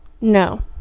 No